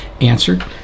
answered